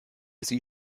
sie